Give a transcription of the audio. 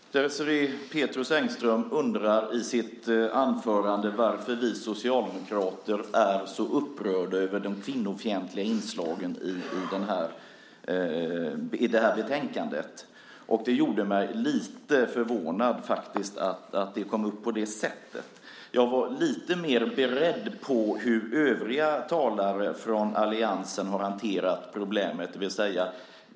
Herr talman! Désirée Pethrus Engström undrade i sitt anförande varför vi socialdemokrater är så upprörda över de kvinnofientliga inslagen i betänkandet. Det gjorde mig lite förvånad. Jag var lite mer beredd på hur övriga talare från alliansen har hanterat problemet.